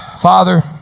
Father